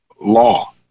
law